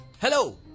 Hello